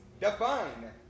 define